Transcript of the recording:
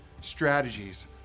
strategies